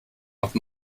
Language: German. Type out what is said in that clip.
noch